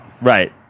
Right